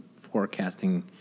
forecasting